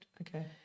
okay